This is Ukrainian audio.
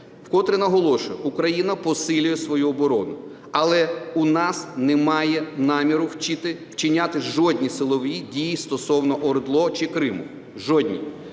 Вкотре наголошую, Україна посилює свою оборону, але у нас немає наміру вчиняти жодні силові дії стосовно ОРДЛО чи Криму, жодні.